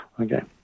Okay